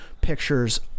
pictures